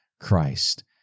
Christ